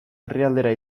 herrialdera